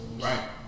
Right